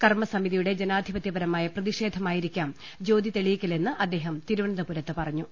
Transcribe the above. കർമ്മസമിതിയുടെ ജനാധിപത്യപര മായ പ്രതിഷേധമായിരിക്കാം ജ്യോതി തെളിയിക്കലെന്ന് അദ്ദേഹം തിരുവനന്തപുരത്ത് പറഞ്ഞു